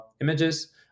images